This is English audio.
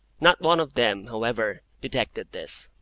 not one of them, however, detected this.